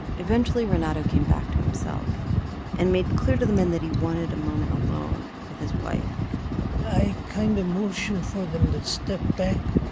eventually, renato came back to himself and made clear to the men that he wanted a moment alone with his wife i kind of motioned for them to step back,